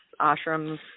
ashrams